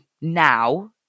now